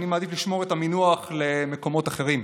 אני מעדיף לשמור את המונח למקומות אחרים,